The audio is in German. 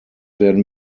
werden